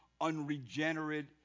unregenerate